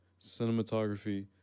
cinematography